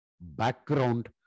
background